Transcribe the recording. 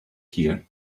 here